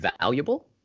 valuable